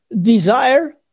desire